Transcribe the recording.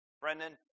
Brendan